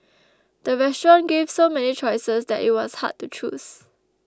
the restaurant gave so many choices that it was hard to choose